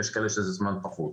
יש כאלה שזה זמן פחות.